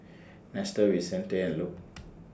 Nestor Vicente and Luc